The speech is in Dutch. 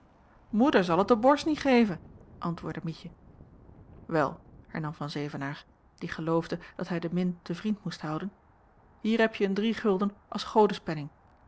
het de borst niet geven antwoordde mietje wel hernam van zevenaer die geloofde dat hij de min te vriend moest houden hier hebje een driegulden als